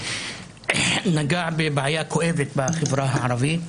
נגע בבעיה כואבת בחברה הערבית.